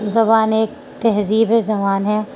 زبان ایک تہذیبی زبان ہے